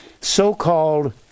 so-called